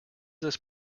this